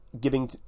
giving